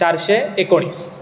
चारशे एकोणीस